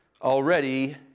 Already